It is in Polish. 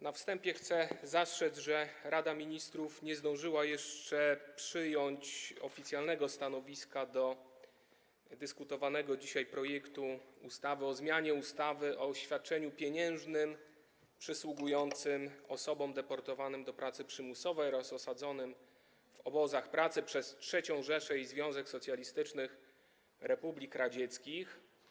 Na wstępie chcę zastrzec, że Rada Ministrów nie zdążyła jeszcze przyjąć oficjalnego stanowiska wobec dyskutowanego dzisiaj projektu ustawy o zmianie ustawy o świadczeniu pieniężnym przysługującym osobom deportowanym do pracy przymusowej oraz osadzonym w obozach pracy przez III Rzeszę i Związek Socjalistycznych Republik Radzieckich.